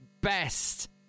best